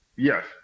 yes